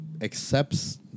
accepts